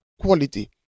quality